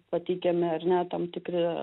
pateikiami ar ne tam tikri